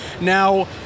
Now